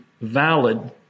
valid